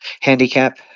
handicap